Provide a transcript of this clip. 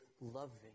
loving